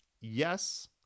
Yes